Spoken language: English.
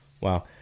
wow